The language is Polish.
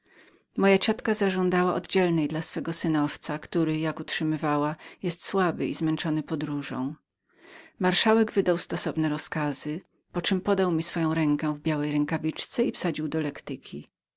moja ciotka prosiła o jedną dla swego synowca który jak utrzymywała był słabym i zmęczonym podróżą marszałek wydał stosowne rozkazy poczem podał mi swoją rękę w białej rękawiczce i wsadził do lektyki